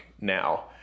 now